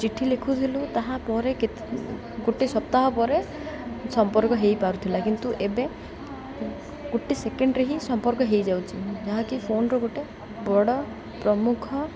ଚିଠି ଲେଖୁଥିଲୁ ତାହାପେ ଗୋଟେ ସପ୍ତାହ ପରେ ସମ୍ପର୍କ ହେଇପାରୁଥିଲା କିନ୍ତୁ ଏବେ ଗୋଟେ ସେକେଣ୍ଡରେ ହିଁ ସମ୍ପର୍କ ହେଇଯାଉଛି ଯାହାକି ଫୋନ୍ର ଗୋଟେ ବଡ଼ ପ୍ରମୁଖ